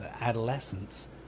adolescence